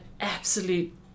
absolute